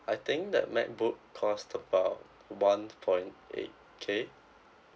I think that MacBook cost about one point eight K